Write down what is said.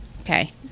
okay